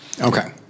Okay